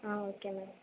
ah okay madam